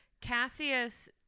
Cassius